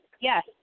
Yes